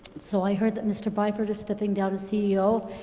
so i heard that mr. byford is stepping down as ceo,